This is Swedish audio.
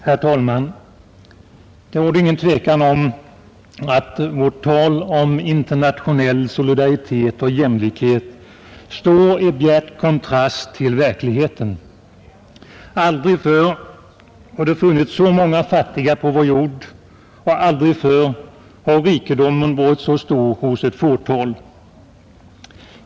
Herr talman! Det råder inget tvivel om att vårt tal om internationell solidaritet och jämlikhet står i bjärt kontrast till verkligheten. Aldrig förr har det funnits så många fattiga på vår jord och aldrig förr har rikedomen varit så stor hos ett fåtal.